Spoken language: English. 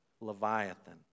Leviathan